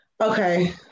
Okay